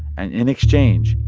and in exchange,